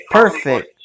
perfect